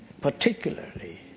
particularly